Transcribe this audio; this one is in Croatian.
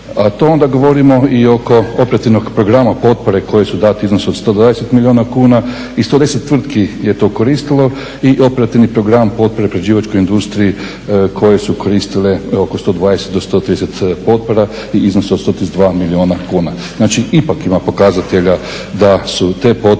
A to onda govorimo i oko operativnog programa potpore koji su dati, iznos od 120 milijuna kuna i 110 tvrtki je to koristilo i operativni program potpore prerađivačkoj industriji koje su koristile oko 120 do 130 potpora i iznos od 132 milijuna kuna. Znači ipak ima pokazatelja da su te potpore